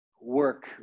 work